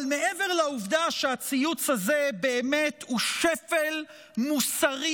אבל מעבר לעובדה שהציוץ הזה הוא באמת שפל מוסרי